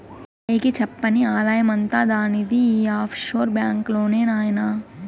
పైకి చెప్పని ఆదాయమంతా దానిది ఈ ఆఫ్షోర్ బాంక్ లోనే నాయినా